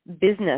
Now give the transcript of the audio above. business